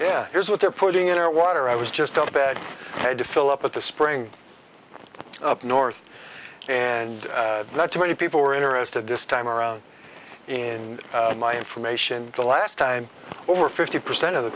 yeah here's what they're putting in our water i was just on the bed i had to fill up at the spring up north and not too many people were interested this time around in my information the last time over fifty percent of the